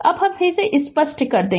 तो अब हम इसे स्पष्ट कर दे